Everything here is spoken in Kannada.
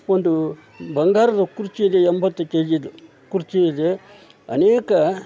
ಒಂದು ಬಂಗಾರದ ಕುರ್ಚಿಯಿದೆ ಎಂಬತ್ತು ಕೆ ಜಿದು ಕುರ್ಚಿಯಿದೆ ಅನೇಕ